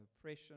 oppression